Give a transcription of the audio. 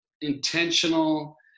intentional